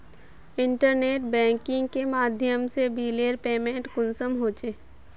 Internet banking के माध्यम से बिलेर पेमेंट कुंसम होचे?